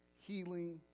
healing